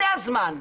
זה הזמן!